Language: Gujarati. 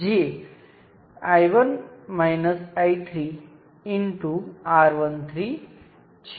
તે સર્કિટનું ફક્ત ફરીથી દોરેલું સ્વરૂપ છે અને આ તેના જેવું જ છે